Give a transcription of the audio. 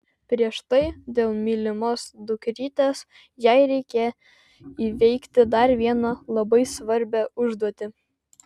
prieš tai dėl mylimos dukrytės jai reikia įveikti dar vieną labai svarbią užduotį